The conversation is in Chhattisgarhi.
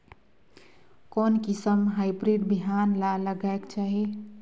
कोन किसम हाईब्रिड बिहान ला लगायेक चाही?